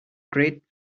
great